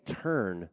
turn